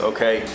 Okay